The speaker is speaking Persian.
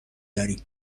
داریم